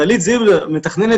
דלית זילבר מתכננת